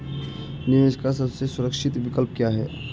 निवेश का सबसे सुरक्षित विकल्प क्या है?